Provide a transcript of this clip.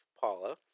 Paula